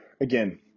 again